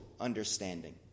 understanding